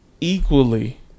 equally